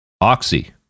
Oxy